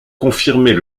confirmer